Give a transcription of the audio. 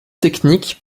techniques